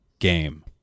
game